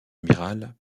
amiral